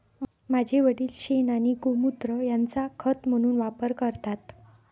माझे वडील शेण आणि गोमुत्र यांचा खत म्हणून वापर करतात